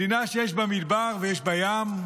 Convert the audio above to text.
מדינה שיש בה מדבר ויש בה ים,